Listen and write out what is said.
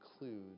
include